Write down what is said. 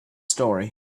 story